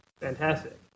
Fantastic